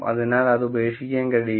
അതിനാൽ അത് ഉപേക്ഷിക്കാൻ കഴിയില്ല